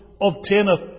Obtaineth